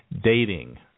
dating